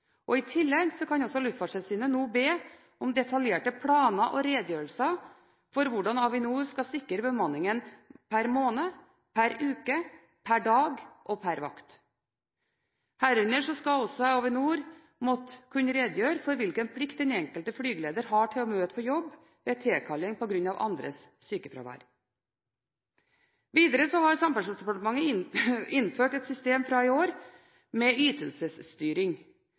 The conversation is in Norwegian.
I tillegg kan Luftfartstilsynet be om detaljerte planer og redegjørelser for hvordan Avinor skal sikre bemanningen per måned, per uke, per dag og per vakt. Herunder skal Avinor også måtte redegjøre for hvilken plikt den enkelte flygeleder har til å møte på jobb ved tilkalling på grunn av andres sykefravær. Videre har Samferdselsdepartementet fra i år innført et system for ytelsesstyring. Dette systemet er i overensstemmelse med